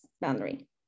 boundary